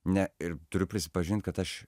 ne ir turiu prisipažint kad aš